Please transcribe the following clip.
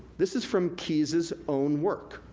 this is from keys's own work.